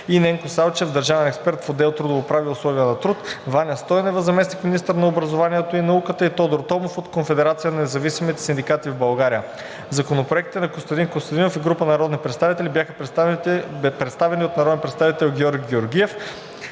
Ненко Салчев – държавен експерт в отдел „Трудово право и условия на труд“; Ваня Стойнева – заместник-министър на образованието и науката; и Тодор Томов от Конфедерацията на независимите синдикати в България. Законопроектите на Костадин Костадинов и група народни представители бяха представени от народния представител Георги Георгиев.